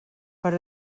per